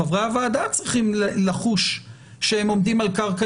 חברי הוועדה צריכים לחוש שהם עומדים על קרקע